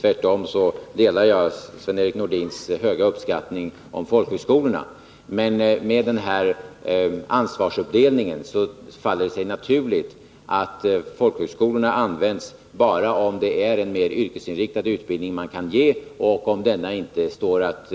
Tvärtom delar jag Sven-Erik Nordins höga uppskattning av folkhögskolorna, men med den här ansvarsuppdelningen faller det sig naturligt att folkhögskolorna används bara för en yrkesinriktad utbildning som inte står att